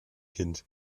kind